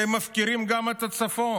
אתם מפקירים גם את הצפון.